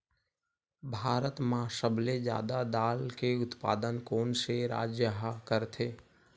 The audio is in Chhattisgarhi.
भारत मा सबले जादा दाल के उत्पादन कोन से राज्य हा करथे?